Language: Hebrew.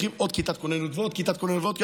פותחים עוד כיתת כוננות ועוד כיתת כוננות ועוד.